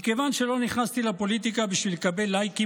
מכיוון שלא נכנסתי לפוליטיקה בשביל לקבל לייקים